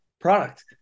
product